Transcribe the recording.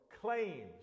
claims